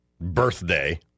birthday